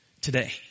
today